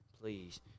please